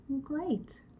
Great